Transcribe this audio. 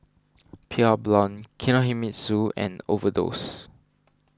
Pure Blonde Kinohimitsu and Overdose